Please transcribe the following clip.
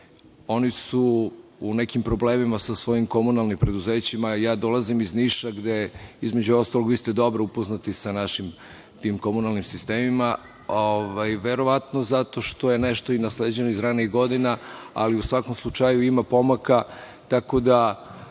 oni su u nekim problemima sa svojim komunalnim preduzećima. Ja dolazim iz Niša, a vi ste između ostalog dobro upoznati sa našim komunalnim sistemima, verovatno zato što je nešto nasleđeno i iz ranijih godina, ali u svakom slučaju ima pomaka.